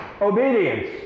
obedience